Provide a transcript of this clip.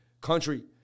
country